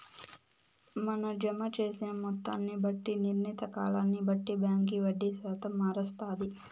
మన జమ జేసిన మొత్తాన్ని బట్టి, నిర్ణీత కాలాన్ని బట్టి బాంకీ వడ్డీ శాతం మారస్తాది